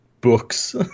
books